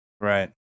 right